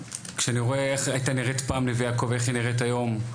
כשאני רואה איך הייתה נראית פעם נווה יעקב ואיך היא נראית היום.